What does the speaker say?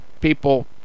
People